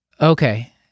Okay